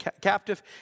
captive